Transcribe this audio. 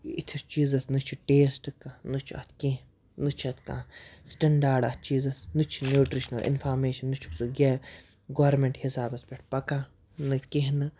یِتھِس چیٖزَس نہ چھِ ٹیسٹہٕ کانٛہہ نہ چھِ اَتھ کینٛہہ نہ چھِ اَتھ کانٛہہ سٹٮ۪نٛڈاڈ اَتھ چیٖزَس نہ چھِ نہ چھِ نیوٗٹِرٛشنَل اِنفارمیشَن نہ چھُکھ ژٕ گورمٮ۪نٛٹہٕ حسابَس پٮ۪ٹھ پَکان نہ کینٛہہ نہٕ